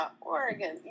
Oregon